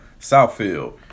Southfield